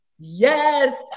Yes